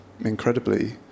Incredibly